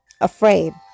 afraid